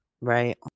Right